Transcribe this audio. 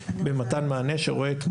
שירותים לחברי הקהילה שלו, שירותי